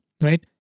right